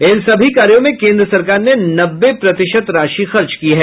इन सभी कार्यों में केंद्र सरकार ने नब्बे प्रतिशत राशि खर्च की है